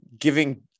giving